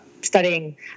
studying